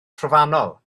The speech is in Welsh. trofannol